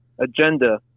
agenda